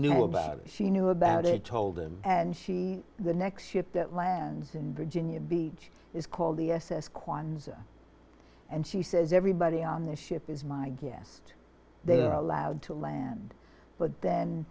knew about it she knew about it told him and she the next ship that lands in virginia beach is called the s s kwanza and she says everybody on their ship is my guest they're allowed to land but then